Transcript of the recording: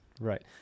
Right